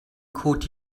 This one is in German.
code